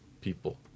people